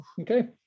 Okay